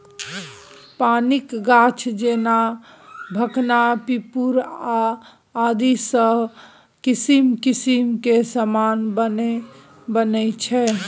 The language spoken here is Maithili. पानिक गाछ जेना भखना पिपुर आदिसँ किसिम किसिम केर समान बनैत छै